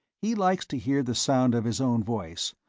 he likes to hear the sound of his own voice,